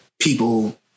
people